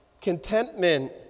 contentment